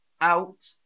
out